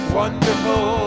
wonderful